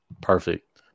perfect